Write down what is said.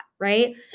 right